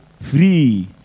free